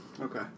Okay